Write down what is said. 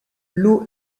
l’eau